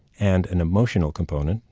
and an emotional component,